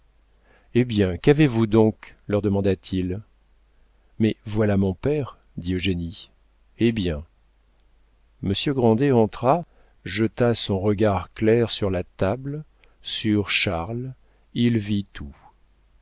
eh bien qu'avez-vous donc leur demanda-t-il mais voilà mon père dit eugénie eh bien monsieur grandet entra jeta son regard clair sur la table sur charles il vit tout